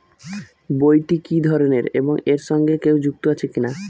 বইটি কি ধরনের এবং এর সঙ্গে কেউ যুক্ত আছে কিনা?